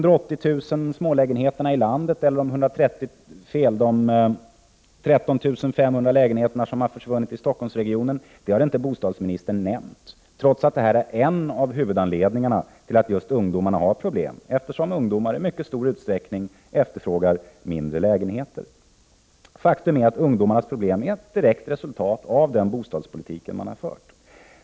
Alla dessa lägenheter som har försvunnit har inte bostadsministern nämnt, trots att detta är en av huvudanledningarna till att just ungdomarna har problem, eftersom de i mycket stor utsträckning efterfrågar mindre lägenheter. Faktum är att ungdomarnas problem är ett direkt resultat av den bostadspolitik man har fört.